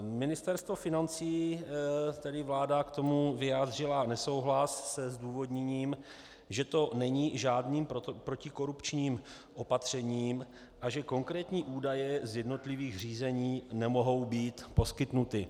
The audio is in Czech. Ministerstvo financí, tedy vláda k tomu vyjádřila nesouhlas se zdůvodněním, že to není žádným protikorupčním opatřením a že konkrétní údaje z jednotlivých řízení nemohou být poskytnuty.